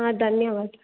ಆ ಧನ್ಯವಾದ